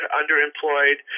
underemployed